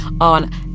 on